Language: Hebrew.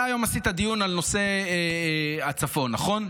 אתה היום עשית דיון על נושא הצפון, נכון?